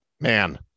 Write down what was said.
Man